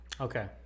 Okay